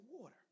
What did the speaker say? water